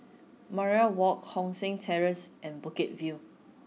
Mariam Walk Hong San Terrace and Bukit View